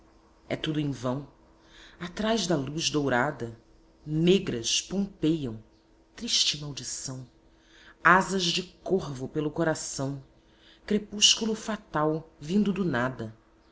é tudo em vão atrás da luz dourada negras pompeiam triste maldição asas de corvo pelo coração crepúsculo fatal vindo do nada